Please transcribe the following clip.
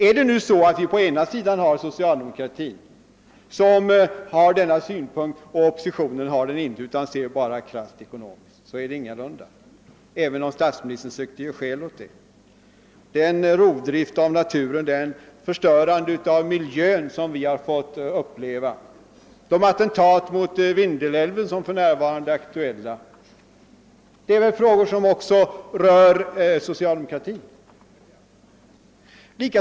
Är det nu så att socialdemokratin har denna grundsyn på reformerna, medan oppositionen bara ser krasst ekonomiskt på utvecklingen? Så är det ingalunda, även om statsministern försöker ge sken av det. Den rovdrift av naturen, det förstörande av miljön som vi fått uppleva och det attentat mot Vindelälven som för närvarande är aktuellt är frågor som sannerligen rör socialdemokratin.